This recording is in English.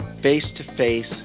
face-to-face